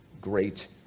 great